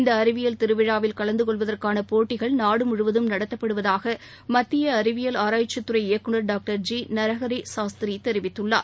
இந்த அறிவியல் திருவிழாவில் கலந்து கொள்வதற்கான போட்டிகள் நாடு முழுவதும் நடத்தப்படுவதாக மத்திய அறிவியல் ஆராய்ச்சித்துறை இயக்குநர் டாங்டர் ஜி நரஹரி சாஸ்திரி தெரிவித்துள்ளார்